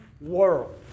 world